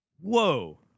Whoa